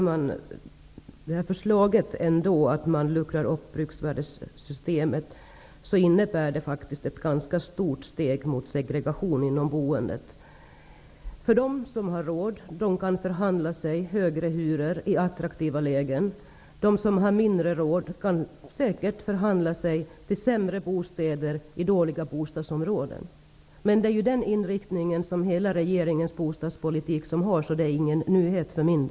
Fru talman! Förslaget om att man skall luckra upp bruksvärdessystemet medför faktiskt ett ganska stort steg mot segregation i boendet. De som har råd kan förhandla sig till högre hyror för lägenheter i attraktiva lägen. De som inte har råd med lika mycket kan säkert förhandla sig till sämre bostäder i dåliga bostadsområden. Men det är den inriktningen som regeringens hela bostadspolitik har, så det är ingen nyhet för mig.